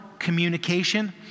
communication